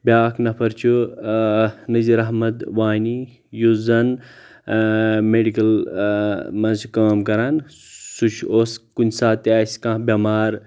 بیاکھ نفر چھُ اۭں نزیر احمد وانی یُس زَن اں میڈکٕل اں منٛز چھُ کٲم کران سُہ چھُ اوس کُنہِ ساتہٕ تہِ آسہِ کانٛہہ بٮ۪مار